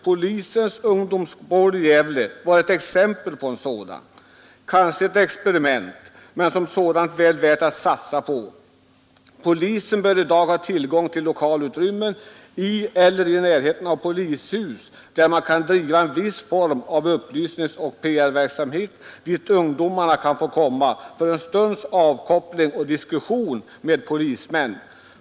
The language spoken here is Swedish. Polisens ungdomsgård i Gävle var ett exempel på en sådan. Kanske ett experiment, men som sådant väl värt att satsa på. Polisen bör i dag ha tillgång till lokalutrymmen i eller i närheten av polishus, där man kan driva en viss form av upplysningsoch PR-verksamhet. Och dit ungdomar kan få komma för en stunds avkoppling och diskussion med polismän.